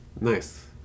Nice